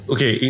Okay